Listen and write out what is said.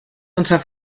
unter